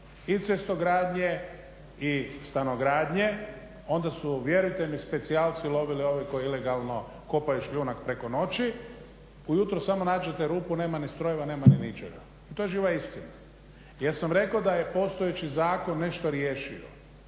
i cestogradnje i stanogradnje onda su vjerujte mi specijalci lovili ove koji ilegalno kopaju šljunak preko noći. Ujutro samo nađete rupu, nema ni strojeva, nema ni ničega i to je živa istina. Ja sam rekao da je postojeći zakon nešto riješio,